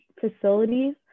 facilities